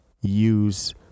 use